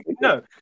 No